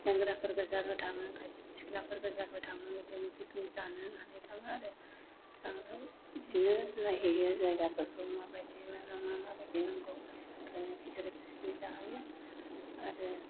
सेंग्राफोर गोजाबो थाङो खायसे सिख्लाफोर गोजाबो थाङो इदिनो पिकनिक जानो होननानै थाङो आरो थाङो बिदिनो नायहैयो जायगाफोरखौ माबायदि नंगौ मा बायदि नङा ओंखायनो बिसोर पिकनिक जाहैयो आरो